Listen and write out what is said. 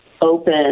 open